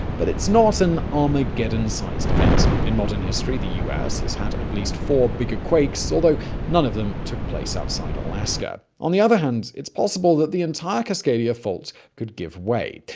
but it's not an armageddon-sized event. in modern history, the us has had at least four bigger quakes although none of them took place outside alaska. on the other hand, it's possible that the entire cascadia fault could give way.